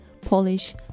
Polish